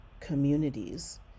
communities